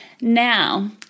Now